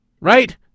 Right